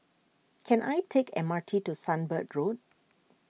can I take M R T to Sunbird Road